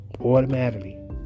automatically